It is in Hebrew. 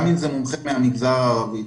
גם אם זה מומחה מהמגזר הערבי,